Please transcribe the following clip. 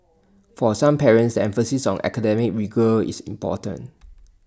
for some parents the emphasis on academic rigour is important